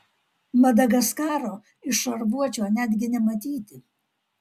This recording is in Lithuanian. madagaskaro iš šarvuočio netgi nematyti